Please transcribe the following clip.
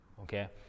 Okay